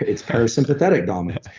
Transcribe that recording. it's parasympathetic dominance.